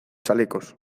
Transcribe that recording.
chalecos